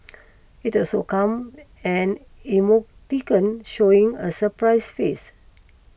it also come an emoticon showing a surprise face